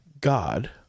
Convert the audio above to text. God